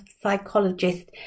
psychologist